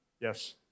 Yes